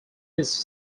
his